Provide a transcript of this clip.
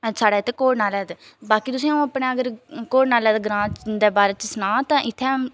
साढ़े इ'त्थें कोह् नाला ऐ बाकी तुसें अ'ऊं अपने अगर कोह् नाला ग्रांऽ दे बारै च सनांऽ ते इ'त्थें